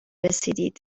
رسیدید